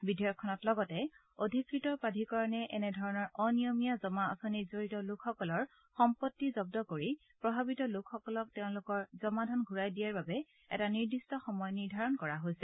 বিধেয়কখনত লগতে অধিকৃত প্ৰাধিকৰণে এনেধৰণৰ অনিয়মীয়া জমা আঁচনিত জড়িত লোকসকলৰ সম্পত্তি জব্দ কৰি প্ৰভাৱিত লোকসকলক তেওঁলোকৰ জমা ধন ঘূৰাই দিয়াৰ বাবে এটা নিৰ্দিষ্ট সময় নিৰ্ধাৰিত কৰা হৈছে